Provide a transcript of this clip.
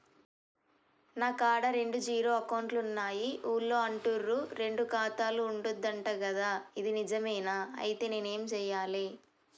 నా కాడా రెండు జీరో అకౌంట్లున్నాయి ఊళ్ళో అంటుర్రు రెండు ఖాతాలు ఉండద్దు అంట గదా ఇది నిజమేనా? ఐతే నేనేం చేయాలే?